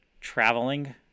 traveling